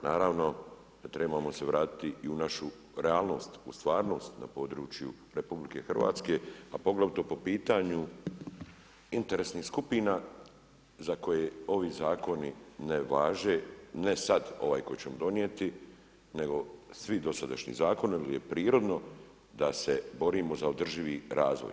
Naravno, da trebamo se vratiti u i našu realnost, u stvarnost na području RH, a poglavito po pitanju interesnih skupina za koje ovi zakoni ne važe, ne sad ovaj koji ćemo donijeti nego svi dosadašnji zakoni jer je prirodni da se borimo za održivi razvoj.